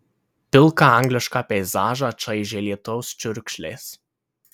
pilką anglišką peizažą čaižė lietaus čiurkšlės